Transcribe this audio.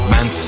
Man